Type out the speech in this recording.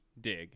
dig